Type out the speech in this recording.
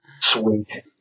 Sweet